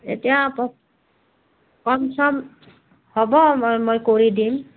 এতিয়া কম চম হ'ব মই মই কৰি দিম